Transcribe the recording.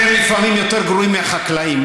אתם לפעמים יותר גרועים מהחקלאים.